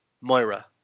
Moira